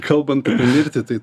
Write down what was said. kalbant apie mirtį tai